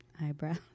Eyebrows